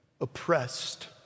oppressed